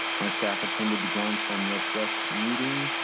my staff attended the groundswell northwest meeting.